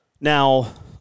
Now